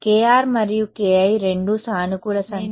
kr మరియు ki రెండూ సానుకూల సంఖ్యలుగా మారుతాయి